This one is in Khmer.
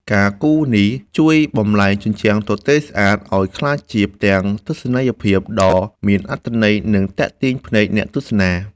ការគូរនេះជួយបំប្លែងជញ្ជាំងទទេស្អាតឱ្យក្លាយជាផ្ទាំងទស្សនីយភាពដ៏មានអត្ថន័យ និងទាក់ទាញភ្នែកអ្នកទស្សនា។